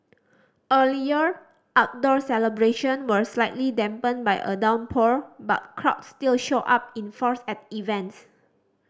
earlier outdoor celebration were slightly dampened by a downpour but crowds still showed up in force at events